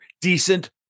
decent